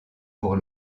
pour